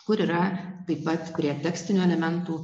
kur yra taip pat prie tekstinio elementų